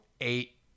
eight